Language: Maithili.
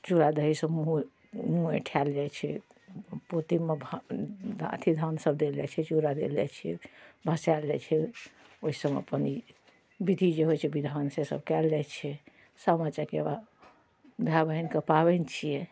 चूड़ा दहीसँ मुँहो मुँह अँएठाएल जाइ छै पौतीमे भा अथी धानसब देल जाइ छै चूड़ा देल जाइ छै भसाएल जाइ छै ओहिसबमे अपन ई विधि जे होइ छै विधान सेसब कएल जाइ छै सामा चकेबा भाइ बहिनके पाबनि छिए